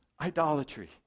idolatry